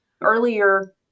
Earlier